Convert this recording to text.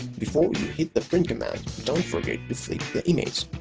before you hit the print command don't forget to flip the image.